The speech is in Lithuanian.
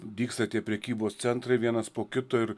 dygsta tie prekybos centrai vienas po kito ir